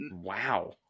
wow